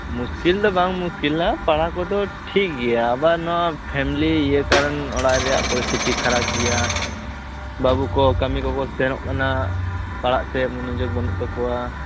ᱢᱩᱥᱠᱤᱞ ᱫᱚ ᱵᱟᱝ ᱢᱩᱥᱠᱤᱞᱟ ᱯᱟᱲᱦᱟᱣ ᱠᱚᱫᱚ ᱴᱷᱤᱠ ᱜᱮᱭᱟ ᱟᱵᱟᱨ ᱱᱚᱶᱟ ᱯᱷᱮᱢᱞᱤ ᱤᱭᱟ ᱠᱚᱨᱚᱱ ᱚᱲᱟᱜ ᱨᱮᱭᱟᱜ ᱯᱚᱨᱤᱥᱛᱷᱤᱛᱤ ᱠᱷᱟᱨᱟᱯ ᱜᱮᱭᱟ ᱵᱟᱹᱵᱩ ᱠᱚ ᱠᱟᱹᱢᱤ ᱠᱚᱠᱚ ᱥᱮᱱᱚᱜ ᱠᱟᱱᱟ ᱯᱟᱲᱦᱟᱜ ᱥᱮᱫ ᱢᱚᱱᱚᱡᱳᱜᱽ ᱵᱟ ᱱᱩᱜ ᱛᱟᱠᱚᱣᱟ